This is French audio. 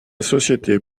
société